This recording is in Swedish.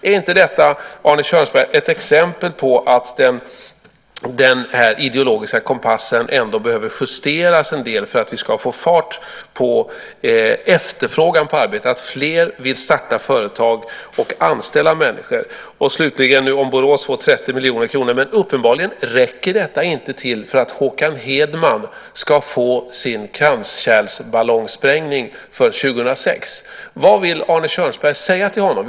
Är inte detta, Arne Kjörnsberg, ett exempel på att den ideologiska kompassen behöver justeras en del för att vi ska få fart på efterfrågan på arbete, för att få fler att vilja starta företag och anställa människor? Slutligen: Borås får nu 30 miljoner kronor, men uppenbarligen räcker det inte till för att Håkan Hedman ska få sin kranskärlsballongsprängning förrän 2006. Vad vill Arne Kjörnsberg säga till honom?